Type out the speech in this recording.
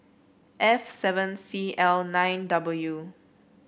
f seven C L nine W